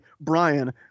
Brian